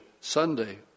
Sunday